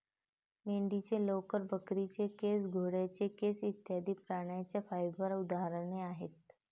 मेंढीचे लोकर, बकरीचे केस, घोड्याचे केस इत्यादि प्राण्यांच्या फाइबर उदाहरणे आहेत